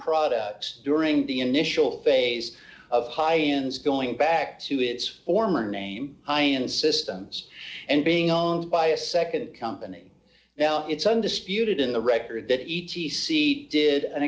products during the initial phase of high ends going back to its former name high end systems and being owned by a nd company now it's undisputed in the record that e t c did an